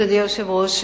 אדוני היושב-ראש,